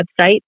website